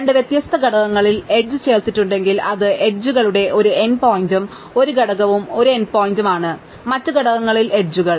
രണ്ട് വ്യത്യസ്ത ഘടകങ്ങളിൽ എഡ്ജ് ചേർത്തിട്ടുണ്ടെങ്കിൽ അത് എഡ്ജുകളുടെ ഒരു n പോയിന്റും ഒരു ഘടകവും ഒരു n പോയിന്റും ആണ് മറ്റ് ഘടകങ്ങളിൽ എഡ്ജുകൾ